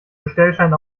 bestellschein